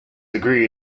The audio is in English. degree